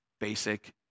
basic